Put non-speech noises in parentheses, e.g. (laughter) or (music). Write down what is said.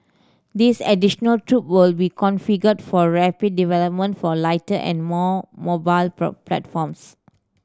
this additional troop will be configured for rapid development for lighter and more mobile (unintelligible) platforms